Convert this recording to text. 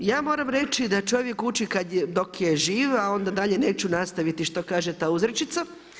Ja moram reći da čovjek uči dok je živ a onda dalje neću nastaviti što kaže ta uzrečica.